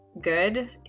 good